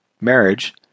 marriage